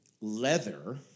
leather